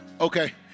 Okay